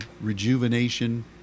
rejuvenation